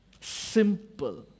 Simple